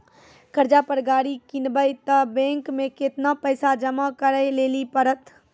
कर्जा पर गाड़ी किनबै तऽ बैंक मे केतना पैसा जमा करे लेली पड़त?